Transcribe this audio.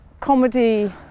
comedy